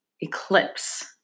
eclipse